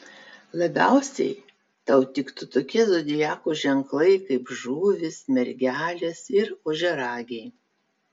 labiausiai tau tiktų tokie zodiako ženklai kaip žuvys mergelės ir ožiaragiai